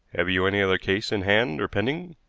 have you any other case in hand or pending?